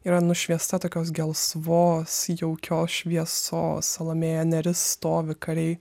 yra nušviesta tokios gelsvos jaukios šviesos salomėja nėris stovi kariai